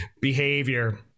behavior